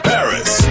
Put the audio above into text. Paris